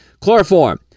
Chloroform